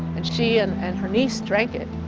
and she and and her niece drank it.